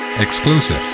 Exclusive